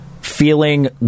feeling